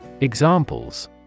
Examples